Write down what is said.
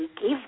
Give